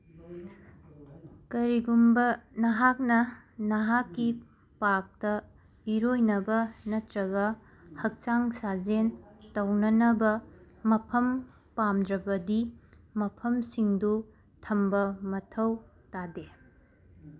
ꯀꯔꯤꯒꯨꯝꯕ ꯅꯍꯥꯛꯅ ꯅꯍꯥꯛꯀꯤ ꯄꯥꯛꯇ ꯏꯔꯣꯏꯅꯕ ꯅꯠꯇ꯭ꯔꯒ ꯍꯛꯆꯥꯡ ꯁꯥꯖꯦꯜ ꯇꯧꯅꯅꯕ ꯃꯐꯝ ꯄꯥꯝꯗ꯭ꯔꯕꯗꯤ ꯃꯐꯝꯁꯤꯡꯗꯨ ꯊꯝꯕ ꯃꯊꯧ ꯇꯥꯗꯦ